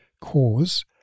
cause